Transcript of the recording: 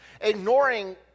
ignoring